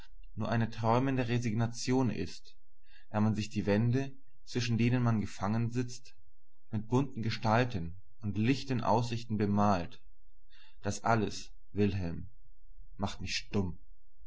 nur eine träumende regignation ist da man sich die wände zwischen denen man gefangen sitzt mit bunten gestalten und lichten aussichten bemalt das alles wilhelm macht mich stumm